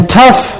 tough